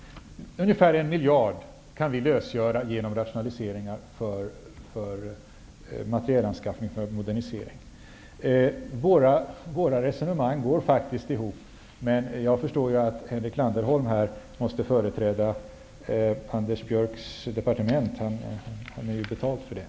Ungefär 1 miljard kan vi lösgöra genom rationaliseringar för materielanskaffning för modernisering. Våra resonemang går faktiskt ihop, men jag förstår ju att Henrik Landerholm här måste företräda Anders Björcks departement. Han har ju betalt för det.